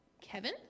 Kevin